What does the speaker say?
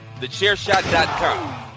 Thechairshot.com